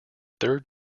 third